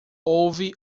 houve